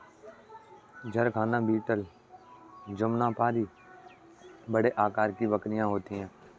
जरखाना बीटल जमुनापारी बड़े आकार की बकरियाँ हैं